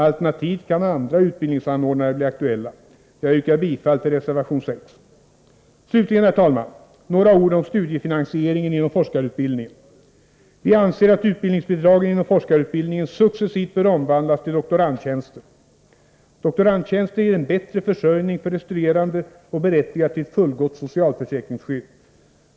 Alternativt kan andra utbildningsanordnare bli aktuella. Jag yrkar bifall till reservation 6. Slutligen, herr talman, några ord om studiefinansieringen inom forskarutbildningen. Vi anser att utbildningsbidragen inom forskarutbildningen successivt bör omvandlas till doktorandtjänster. Doktorandtjänster ger en bättre försörjning för de studerande och berättigar till fullgott socialförsäkringsskydd.